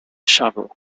shovel